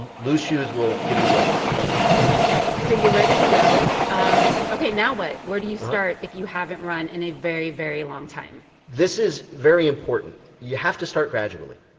and loose shoes will give you blisters. don't do that ok. so you're ready to go. um ok. now what? where do you start if you haven't run in a very, very long time? this is very important. you have to start gradually,